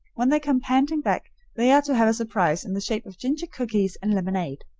when they come panting back they are to have a surprise in the shape of ginger cookies and lemonade.